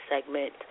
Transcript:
segment